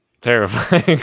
terrifying